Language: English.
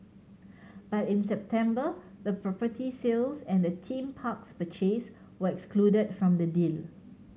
but in September the property sales and the theme parks purchase were excluded from the deal